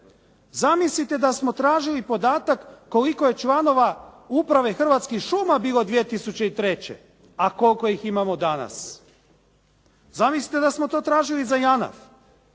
Zamislite da smo tražili podatak koliko je članova Uprave Hrvatskih šuma bilo 2003. a koliko ih imamo danas. Zamislite da smo to tražili za JANAF.